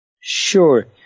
Sure